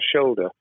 shoulder